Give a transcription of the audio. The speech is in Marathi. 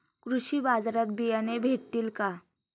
कृषी बाजारात बियाणे भेटतील का?